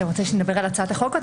אתה רוצה שנדבר על הצעת החוק או אתה